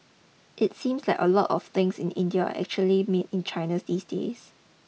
it seems like a lot of things in India are actually made in China these days